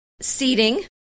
seating